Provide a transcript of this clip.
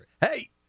Hey